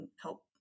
help